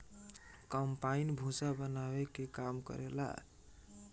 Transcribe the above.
combine भूसा बानावे के काम करेला